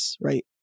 right